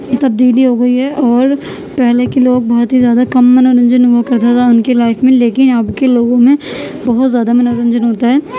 تبدیلی ہو گئی ہے اور پہلے کے لوگ بہت ہی زیادہ کم منورنجن ہوا کرتا تھا ان کے لائف میں لیکن اب کے لوگوں میں بہت زیادہ منورنجن ہوتا ہے